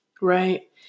Right